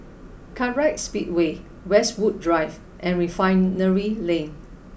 Kartright Speedway Westwood Drive and Refinery Lane